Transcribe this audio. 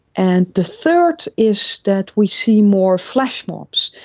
and the third is that we see more flash mobs,